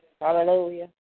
Hallelujah